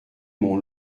mon